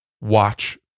watch